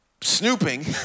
snooping